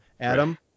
Adam